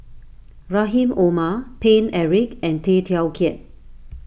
Rahim Omar Paine Eric and Tay Teow Kiat